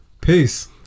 Peace